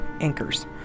anchors